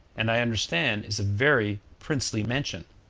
and i understand is a very princely mansion.